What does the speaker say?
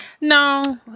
No